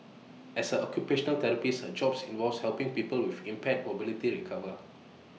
as A occupational therapist her job involves helping people with impaired mobility recover